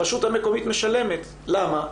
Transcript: הרשות המקומיות משלמת, למה?